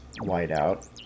whiteout